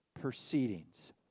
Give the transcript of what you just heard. proceedings